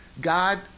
God